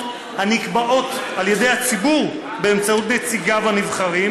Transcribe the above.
הנקבעות על ידי הציבור באמצעות נציגיו הנבחרים,